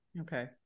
Okay